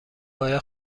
باید